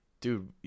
dude